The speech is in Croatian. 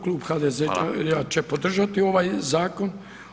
Klub HDZ-a [[Upadica: Fala]] će podržati ovaj zakon.